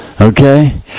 okay